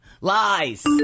Lies